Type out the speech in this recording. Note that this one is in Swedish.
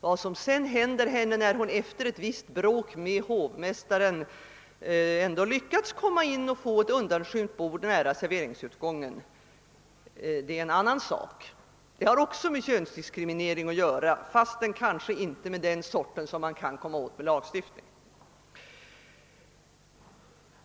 Vad som sedan händer henne, när hon efter ett visst bråk med hovmästaren ändå lyckats komma in och fått ett undanskymt bord nära serveringsutgången, är en annan sak; det har också med könsdiskriminering att göra, fastän kanske inte med den sort som man kan komma åt med lagstiftning.